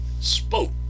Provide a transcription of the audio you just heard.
Spoke